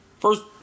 First